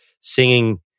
singing